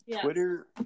Twitter